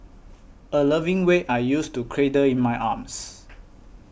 a loving weight I used to cradle in my arms